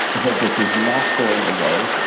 that this is not going away,